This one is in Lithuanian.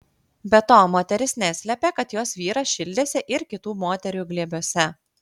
be to moteris neslėpė kad jos vyras šildėsi ir kitų moterų glėbiuose